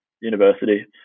university